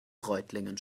reutlingen